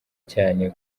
cyane